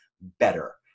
better